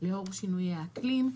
לאור שינויי האקלים,